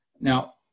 Now